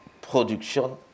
production